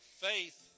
Faith